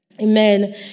Amen